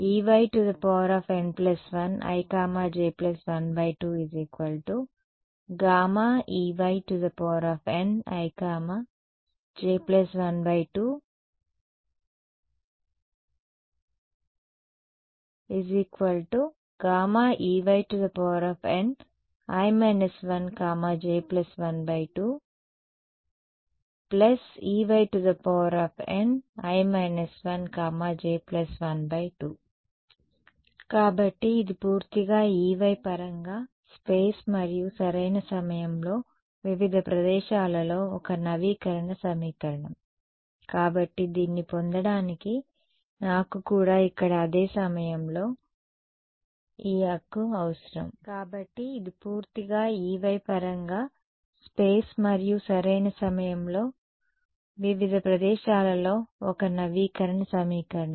Eyn1ij12 γEynij12 γEyni 1j12Eyni 1j12 కాబట్టి ఇది పూర్తిగా Ey పరంగా స్పేస్ మరియు సరైన సమయంలో వివిధ ప్రదేశాలలో ఒక నవీకరణ సమీకరణం